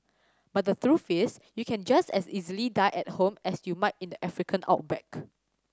but the truth is you can just as easily die at home as you might in the African outback